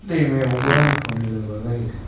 दैमायावबो हान्थुआनो लोमा जाहैदों